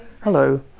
Hello